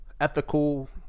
ethical